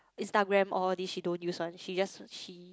Instagram all these she don't use one she just she